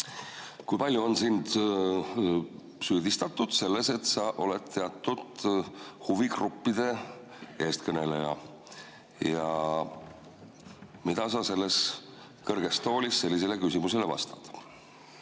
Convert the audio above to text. Kui palju on sind süüdistatud selles, et sa oled teatud huvigruppide eestkõneleja ja mida sa selles kõrges toolis sellisele küsimusele vastad?